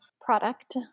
product